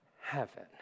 heaven